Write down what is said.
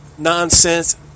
Nonsense